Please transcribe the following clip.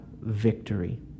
victory